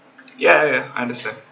ya ya ya understand